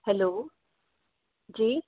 hello जी